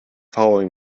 following